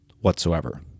whatsoever